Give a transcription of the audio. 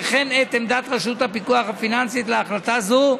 וכן את עמדת רשות הפיקוח הפיננסית להחלטה זו,